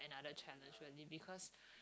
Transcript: another challenge really because